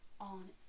on